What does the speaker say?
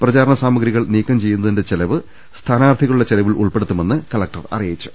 പ്രചാരണ സാമഗ്രികൾ നീക്കം ചെയ്യുന്നതിന്റെ ചെലവ് സ്ഥാനാർഥി കളുടെ ചെലവിൽ ഉൾപ്പെടുത്തുമെന്ന് കളക്ടർ അറിയിച്ചു